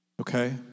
Okay